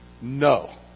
No